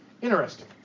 Interesting